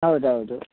ಹೌದೌದು